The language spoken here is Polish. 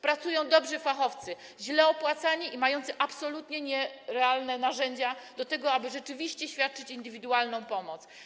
Pracują tam dobrzy fachowcy, źle opłacani i mający absolutnie nierealne narzędzia do tego, aby rzeczywiście świadczyć indywidualną pomoc.